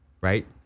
right